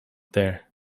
there